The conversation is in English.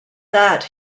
that